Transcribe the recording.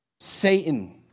Satan